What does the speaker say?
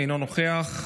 אינו נוכח,